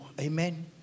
Amen